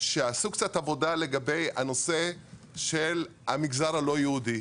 שיעשו קצת עבודה לגבי הנושא של המגזר הלא יהודי.